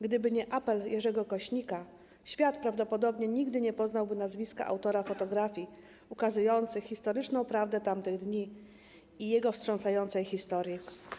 Gdyby nie apel Jerzego Kośnika świat prawdopodobnie nigdy nie poznałby nazwiska autora fotografii ukazujących historyczną prawdę tamtych dni i jego wstrząsającej historii.